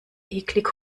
eklig